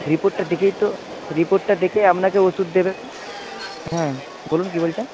রিপোর্টটা দেখেই তো রিপোর্টটা দেখেই আপনাকে ওষুধ দেবে হুম বলুন কি বলছেন